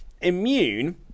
immune